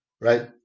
right